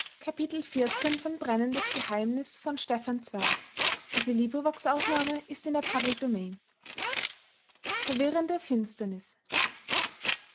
in der finsternis